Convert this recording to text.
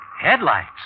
Headlights